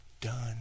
done